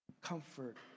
comfort